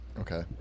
Okay